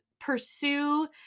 pursue